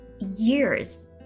years